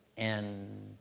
and